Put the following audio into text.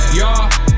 y'all